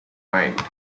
mind